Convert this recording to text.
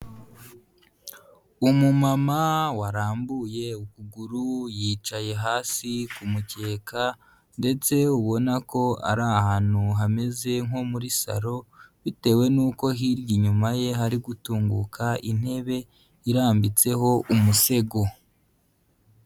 Umumama warambuye ukuguru, yicaye hasi ku mukeka, ndetse ubona ko ari ahantu hameze nko muri salo, bitewe n'uko hirya inyuma ye, hari gutunguka intebe, irambitseho umusego.